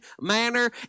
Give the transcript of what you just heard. manner